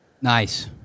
Nice